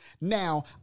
Now